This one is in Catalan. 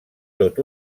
tot